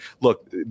look